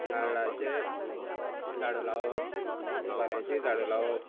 नाल्लाचे झाडां लावप सुपाऱ्यांची झाडां लावप